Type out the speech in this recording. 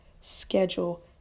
schedule